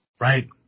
Right